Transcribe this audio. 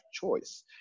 choice